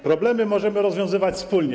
Problemy możemy rozwiązywać wspólnie.